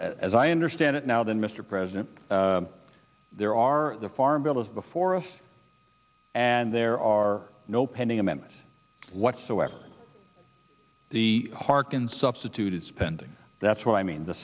as i understand it now then mr president there are the farm bill is before us and there are no pending amendments whatsoever the harkin substituted spending that's what i mean the